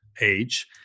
age